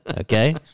Okay